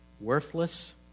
worthless